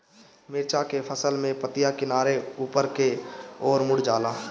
मिरचा के फसल में पतिया किनारे ऊपर के ओर मुड़ जाला?